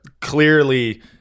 clearly